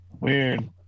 weird